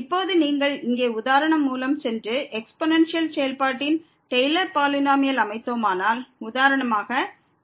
இப்போது நீங்கள் இங்கே உதாரணம் மூலம் சென்று எக்ஸ்பொனன்சியல் செயல்பாட்டின் டெய்லர் பாலினோமியலை அமைத்தோமானால் உதாரணமாக